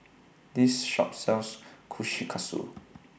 This Shop sells Kushikatsu